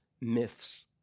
myths